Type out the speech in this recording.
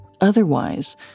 Otherwise